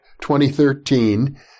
2013